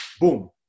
boom